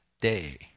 day